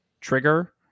trigger